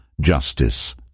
justice